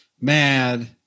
mad